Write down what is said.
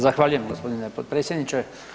Zahvaljujem gospodine potpredsjedniče.